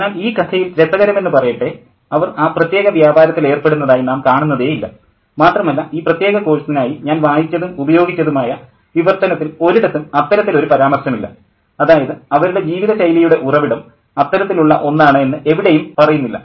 എന്നാൽ ഈ കഥയിൽ രസകരമെന്നു പറയട്ടെ അവർ ആ പ്രത്യേക വ്യാപാരത്തിൽ ഏർപ്പെടുന്നതായി നാം കാണുന്നതേയില്ല മാത്രമല്ല ഈ പ്രത്യേക കോഴ്സിനായി ഞാൻ വായിച്ചതും ഉപയോഗിച്ചതുമായ വിവർത്തനത്തിൽ ഒരിടത്തും അത്തരത്തിൽ ഒരു പരാമർശമില്ല അതായത് അവരുടെ ജീവിതശൈലിയുടെ ഉറവിടം അത്തരത്തിലുള്ള ഒന്നാണ് എന്ന് എവിടെയും പറയുന്നില്ല